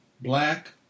black